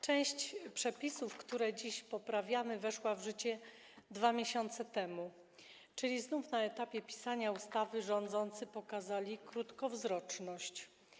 Część przepisów, które dziś poprawiamy, weszła życie 2 miesiące temu, czyli znów na etapie pisania ustawy rządzący pokazali swą krótkowzroczność.